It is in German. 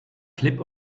klipp